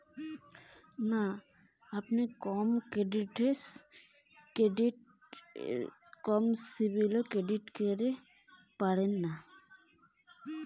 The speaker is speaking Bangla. কম সিবিল স্কোরে কি আমি ক্রেডিট পেতে পারি?